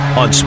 on